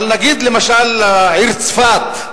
אבל, נגיד, למשל, העיר צפת.